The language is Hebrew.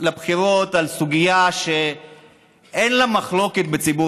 לבחירות על סוגיה שאין עליה מחלוקת בציבור